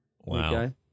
Wow